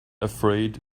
afraid